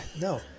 no